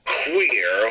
queer